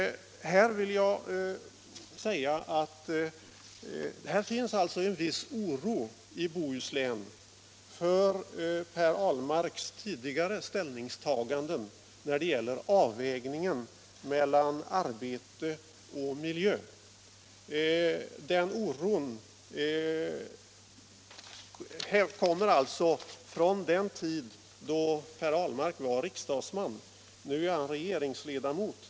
Jag vill säga att det finns en viss oro i Bohuslän för Per Ahlmarks 50 tidigare ställningstaganden i fråga om avvägningen mellan arbete och miljö. Den oron kommer från den tid då Per Ahlmark var riksdagsman. Nu är han regeringsledamot.